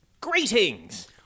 Greetings